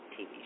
TV